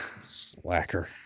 Slacker